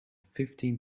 fifteen